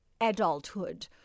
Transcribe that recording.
adulthood